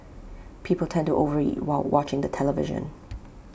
people tend to over eat while watching the television